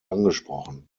angesprochen